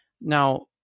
Now